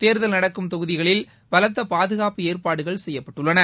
தேர்தல் நடக்கும் தொகுதிகளில் பலத்தபாதுகாப்பு ஏற்பாடுகள் செய்யப்பட்டுள்ளது